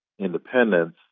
independence